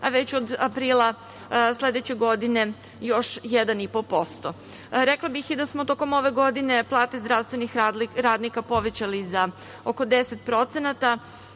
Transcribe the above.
a već od aprila sledeće godine još 1,5%.Rekla bih i da smo tokom ove godine plate zdravstvenih radnika povećali za oko 10%,